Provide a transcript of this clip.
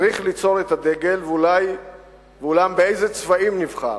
צריך ליצור את הדגל, ואולם באיזה צבעים נבחר?